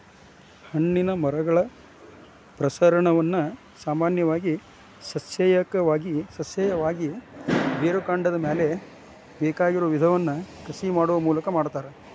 ಹಣ್ಣಿನ ಮರಗಳ ಪ್ರಸರಣವನ್ನ ಸಾಮಾನ್ಯವಾಗಿ ಸಸ್ಯೇಯವಾಗಿ, ಬೇರುಕಾಂಡದ ಮ್ಯಾಲೆ ಬೇಕಾಗಿರೋ ವಿಧವನ್ನ ಕಸಿ ಮಾಡುವ ಮೂಲಕ ಮಾಡ್ತಾರ